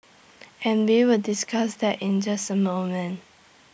and we will discuss that in just A moment